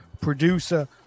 producer